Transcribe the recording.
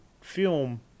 film